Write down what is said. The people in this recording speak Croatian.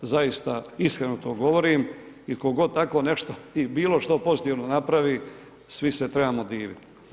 Zaista, iskreno to govorim i tko god tako nešto i bilo što pozitivno napravi svi se trebamo diviti.